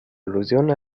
allusione